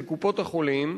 של קופות-החולים,